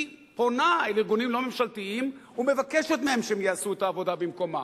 היא פונה אל ארגונים לא ממשלתיים ומבקשת מהם שהם יעשו את העבודה במקומה.